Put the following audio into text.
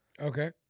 Okay